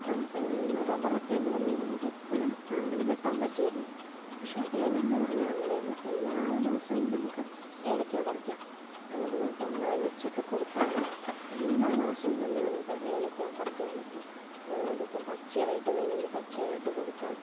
ഇപ്പം റബ്ബറക്കേന്ന് പറഞ്ഞാൽ നമുക്ക് എപ്പോഴും അങ്ങനെ വെട്ടാൻ പറ്റിയേലല്ലോ പക്ഷേ ഏലംന്ന് പറഞ്ഞാൽ അങ്ങനെയല്ല എല്ലാ മാസവും നമുക്ക് ഏലക്കാ പറിക്കാം നമ്മളിപ്പം നനച്ചക്കെ കൊടുത്താൽ എല്ലാ മാസോം തന്നെ നമുക്ക് ഏലക്കാ പറിക്കാൻപറ്റും അതിപ്പോൾ പച്ചയായിട്ട് വേണമെങ്കിൽ പച്ചയായിട്ട് കൊടുക്കാം